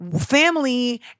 family